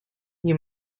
you